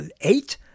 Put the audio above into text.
eight